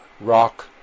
rock